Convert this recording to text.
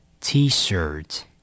t-shirt